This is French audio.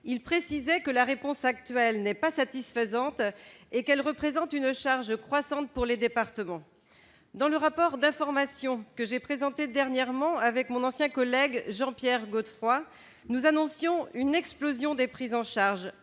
il précisait que la réponse actuelle n'est pas satisfaisante et qu'elle représente une charge croissante pour les départements dans le rapport d'information que j'ai présenté dernièrement avec mon ancien collègue Jean-Pierre Godefroy nous annoncions une explosion des prises en charge